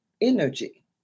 energy